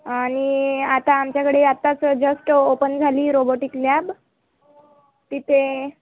आणि आता आमच्याकडे आत्ताच जस्ट ओपन झाली रोबोटिक लॅब तिथे